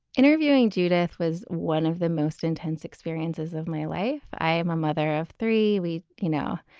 interviewing judith was one of the most intense experiences of my life. i am a mother of three. we you know,